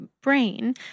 brain